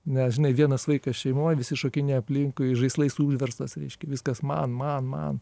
nes žinai vienas vaikas šeimoj visi šokinėja aplinkui žaislais užverstas reiškia viskas man man man